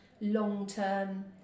long-term